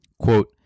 Quote